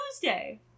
Tuesday